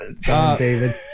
David